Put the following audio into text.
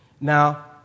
Now